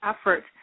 effort